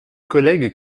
collègue